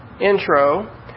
Intro